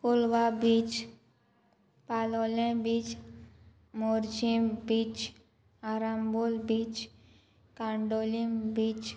Colva beach Palolem beach Morjim beach Arambol beach Candolim beach